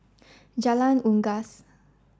Jalan Unggas